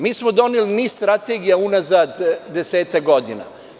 Mi smo doneli niz strategija unazad desetak godina.